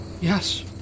Yes